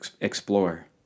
explore